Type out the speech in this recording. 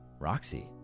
Roxy